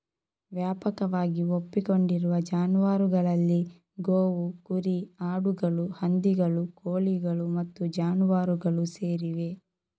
ವ್ಯಾಪಕವಾಗಿ ಒಪ್ಪಿಕೊಂಡಿರುವ ಜಾನುವಾರುಗಳಲ್ಲಿ ಗೋವು, ಕುರಿ, ಆಡುಗಳು, ಹಂದಿಗಳು, ಕೋಳಿಗಳು ಮತ್ತು ಜಾನುವಾರುಗಳು ಸೇರಿವೆ